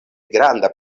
granda